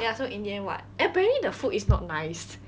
ya so in the end what apparently the food is not nice